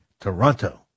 Toronto